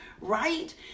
right